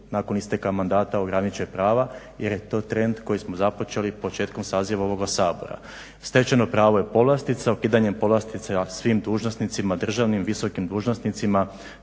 nakon isteka mandata ograniče prava jer je to trend koji smo započeli početkom saziva ovoga Sabora. Stečajno pravo je povlastica. Ukidanjem povlastica svim dužnosnicima, državnim, visokim dužnosnicima